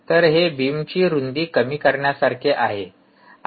तर हे बीमची रुंदी कमी करण्यासारखे आहे